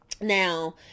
Now